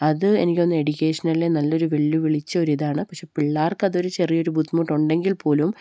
അത് എനിക്ക് തോന്നുന്നു എഡൂക്കേഷനിലെ നല്ലയൊരു വെല്ലുവിളിച്ച ഒരിതാണ് പക്ഷെ പിള്ളേർക്ക് അതൊരു ചെറിയൊരു ബുദ്ധമുട്ടുണ്ടെങ്കിൽപ്പോലും